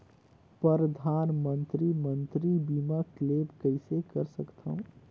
परधानमंतरी मंतरी बीमा क्लेम कइसे कर सकथव?